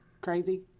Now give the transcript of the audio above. crazy